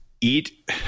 eat